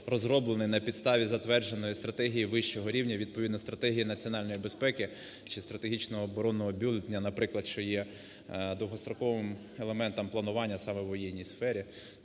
розроблений на підставі затвердженої стратегії вищого рівня, відповідно стратегії національної безпеки чи стратегічно-оборонного бюлетеня, наприклад, що є довгостроковим елементом планування саме у воєнній сфері.